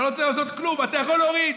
אתה לא צריך לעשות כלום, אתה יכול להוריד.